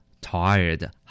tired